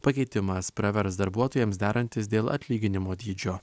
pakeitimas pravers darbuotojams derantis dėl atlyginimo dydžio